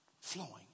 Flowing